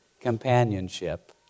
companionship